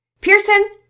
Pearson